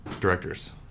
directors